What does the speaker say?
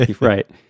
Right